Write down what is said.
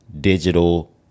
digital